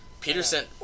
Peterson